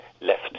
left